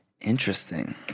Interesting